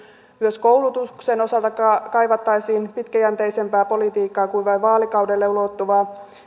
myös koulutuksen osalta kaivattaisiin pitkäjänteisempää politiikkaa kuin vain vaalikaudelle ulottuvaa